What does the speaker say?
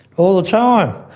all the time.